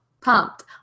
pumped